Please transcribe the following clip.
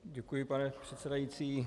Děkuji, pane předsedající.